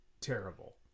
terrible